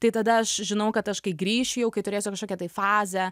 tai tada aš žinau kad aš kai grįšiu jau kai turėsiu kažkokią tai fazę